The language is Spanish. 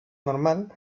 normal